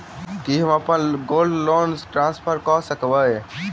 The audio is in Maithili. की हम अप्पन गोल्ड लोन ट्रान्सफर करऽ सकबै?